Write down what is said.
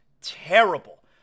Terrible